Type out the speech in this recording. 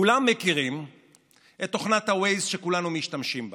כולם מכירים את תוכנת Waze, כולנו משתמשים בה,